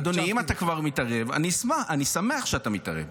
אדוני, אם אתה כבר מתערב, אני שמח שאתה מתערב.